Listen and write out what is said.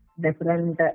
different